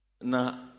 Now